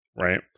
right